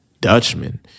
Dutchman